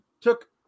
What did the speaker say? took